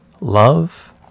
love